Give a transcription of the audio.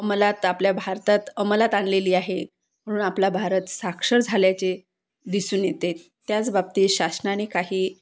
अंमलात आपल्या भारतात अंमलात आणलेली आहे म्हणून आपला भारत साक्षर झाल्याचे दिसून येते त्याचबाबतीत शासनाने काही